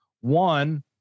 one